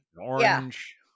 orange